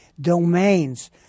domains